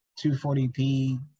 240p